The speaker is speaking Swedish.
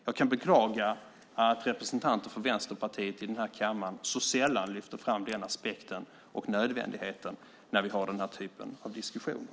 Jag kan beklaga att representanter för Vänsterpartiet i kammaren så sällan lyfter fram den aspekten och nödvändigheten när vi har den här typen av diskussioner.